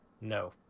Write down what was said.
no